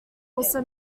also